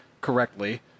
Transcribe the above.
correctly